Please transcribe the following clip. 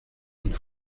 une